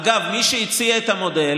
אגב, מי שהציע את המודל